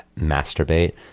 masturbate